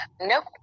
Nope